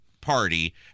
party